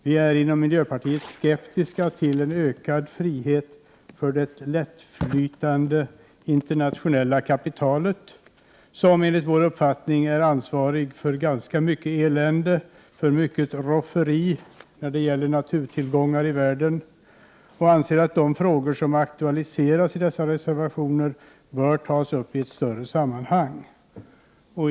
Vi är inom miljöpartiet skeptiska till en ökad frihet för det lättflytande internationella kapitalet som, enligt vår uppfattning, bär ansvaret för ganska mycket elände, mycket rofferi när det gäller naturtillgånger i världen. Vi anser att de frågor som aktualiseras i dessa reservationer bör tas uppi ett större sammanhang.